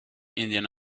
indian